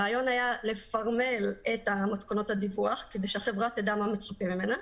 הרעיון היה לפרמל את מתכונות הדיווח כדי שהחברה תדע מה מצופה ממנה,